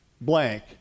blank